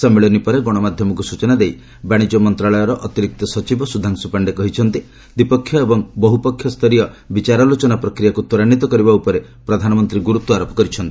ସମ୍ମିଳନୀ ପରେ ଗଣମାଧ୍ୟମକୁ ସ୍ବଚନା ଦେଇ ବାଶିଜ୍ୟ ମନ୍ତ୍ରଣାଳର ଅତିରିକ୍ତ ସଚିବ ସ୍ୱଧାଂଶ୍ୱ ପାଣ୍ଡେ କହିଛନ୍ତି ଦ୍ୱିପକ୍ଷୀୟ ଏବଂ ବହୃପକ୍ଷୀୟ ସ୍ତରରେ ବିଚାର ଆଲୋଚନା ପ୍ରକ୍ରିୟାକୁ ତ୍ୱରାନ୍ୱିତ କରିବା ଉପରେ ପ୍ରଧାନମନ୍ତ୍ରୀ ଗୁରୁତ୍ୱ ଆରୋପ କରିଛନ୍ତି